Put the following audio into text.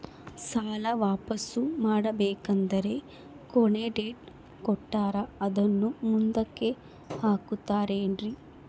ಸಾಲ ವಾಪಾಸ್ಸು ಮಾಡಬೇಕಂದರೆ ಕೊನಿ ಡೇಟ್ ಕೊಟ್ಟಾರ ಅದನ್ನು ಮುಂದುಕ್ಕ ಹಾಕುತ್ತಾರೇನ್ರಿ?